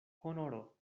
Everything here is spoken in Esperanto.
honoro